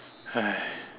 !aiya!